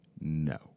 no